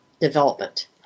development